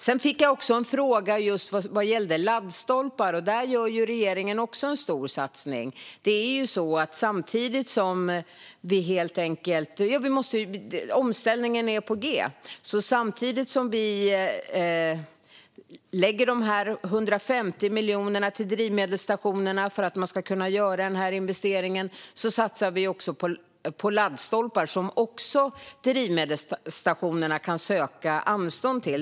Sedan fick jag en fråga som gällde laddstolpar. Där gör regeringen också en stor satsning. Omställningen är på G, så samtidigt som vi lägger de 150 miljonerna till drivmedelsstationerna för att de ska kunna göra investeringen satsar vi också på laddstolpar, som drivmedelsstationerna också kan söka anstånd för.